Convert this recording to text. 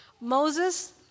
Moses